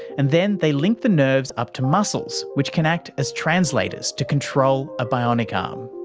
and then they link the nerves up to muscles, which can act as translators to control a bionic um